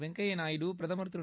வெங்கப்யா நாயுடு பிரதமர் திரு